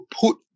put